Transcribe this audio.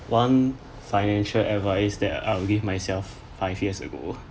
one financial advice that I'll give myself five years ago